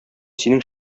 синең